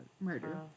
murder